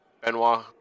Benoit